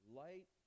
light